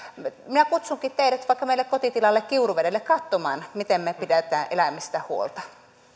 minä kutsunkin teidät vaikka meille kotitilalle kiuruvedelle katsomaan miten me pidämme eläimistä huolta